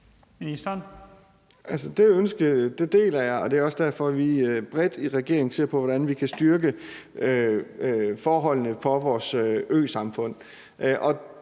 Det ønske deler jeg, og det er også derfor, vi bredt i regeringen ser på, hvordan vi kan styrke forholdene for vores øsamfund,